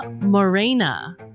Morena